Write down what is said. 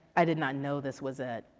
i did not know this was it.